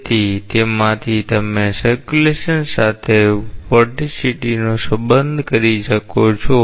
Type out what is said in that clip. તેથી તેમાંથી તમે પરિભ્રમણ સાથે વર્ટિસિટીનો સંબંધ કરી શકો છો